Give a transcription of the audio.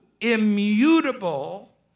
immutable